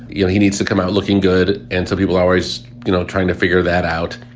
you know, he needs to come out looking good. and so people are always you know trying to figure that out.